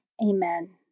Amen